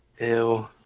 ew